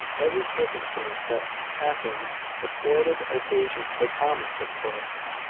every circumstance that happened afforded occasion for comment, of course.